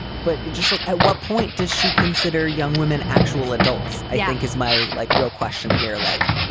but just like at what point does she consider young women, actual adults? i yeah think is my like real question here. like,